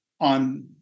on